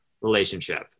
relationship